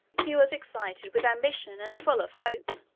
he was excited with ambition, and full of hope.